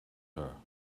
her